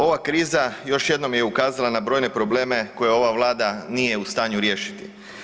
Ova kriza još jednom je ukazala na brojne probleme koje ova Vlada nije u stanju riješiti.